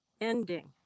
ending